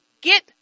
get